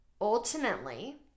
Ultimately